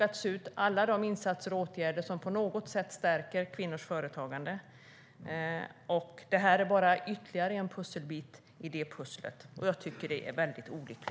Alla insatser och åtgärder som på något sätt stärker kvinnors företagande har systematiskt och konsekvent plockats ut. Det här är bara ytterligare en pusselbit i det pusslet, och jag tycker att det är väldigt olyckligt.